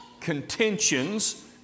contentions